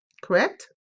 Correct